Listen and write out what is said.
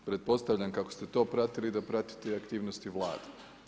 Pretpostavljam kako ste to pratili i da pratite i aktivnosti Vlade.